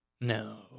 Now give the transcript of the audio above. no